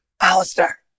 Alistair